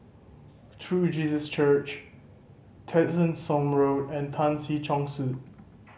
True Jesus Church Tessensohn Road and Tan Si Chong Su